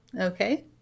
Okay